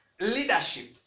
leadership